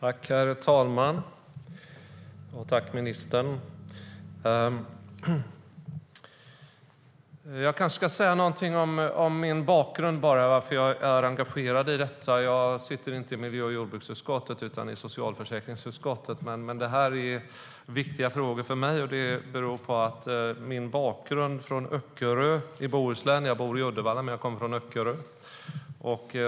Herr talman! Jag tackar ministern. Jag kanske ska säga någonting om bakgrunden till att jag är engagerad i detta. Jag sitter inte i miljö och jordbruksutskottet utan i socialförsäkringsutskottet, men det här är viktiga frågor för mig. Det beror på min bakgrund i Öckerö i Bohuslän. Jag bor i Uddevalla men kommer från Öckerö.